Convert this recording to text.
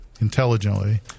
intelligently